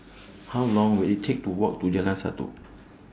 How Long Will IT Take to Walk to Jalan Satu